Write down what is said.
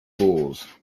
bulls